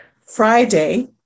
Friday